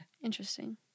Interesting